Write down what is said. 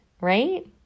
right